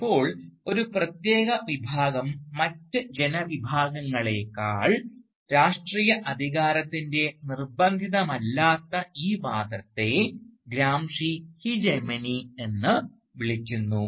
ഇപ്പോൾ ഒരു പ്രത്യേക വിഭാഗം മറ്റ് ജനവിഭാഗങ്ങളെക്കാൾ രാഷ്ട്രീയ അധികാരത്തിൻറെ നിർബന്ധിതമല്ലാത്ത ഈ വാദത്തെ ഗ്രാംഷി ഹീജെമനി എന്ന് വിളിക്കുന്നു